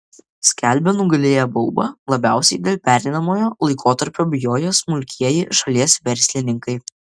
skelbia nugalėję baubą labiausiai dėl pereinamojo laikotarpio bijoję smulkieji šalies verslininkai